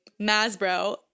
Masbro